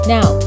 Now